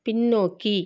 பின்னோக்கி